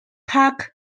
parkdale